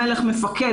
"מלך" ו"מפקד",